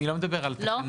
אני לא מדבר על תקנות,